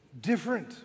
different